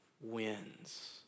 wins